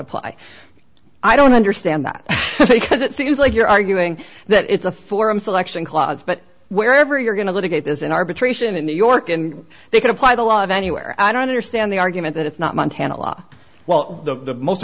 apply i don't understand that because it seems like you're arguing that it's a forum selection clause but wherever you're going to litigate this in arbitration in new york and they can apply the law anywhere i don't understand the argument that it's not montana law well the most